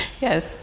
yes